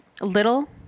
Little